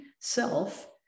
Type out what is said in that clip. self